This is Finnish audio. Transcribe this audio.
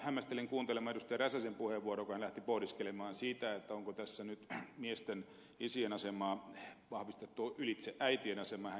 räsäsen puheenvuoroa kun hän lähti pohdiskelemaan sitä onko tässä nyt miesten isien asemaa vahvistettu ylitse äitien aseman